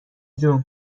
جون